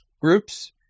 groups